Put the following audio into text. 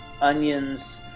onions